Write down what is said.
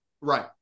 Right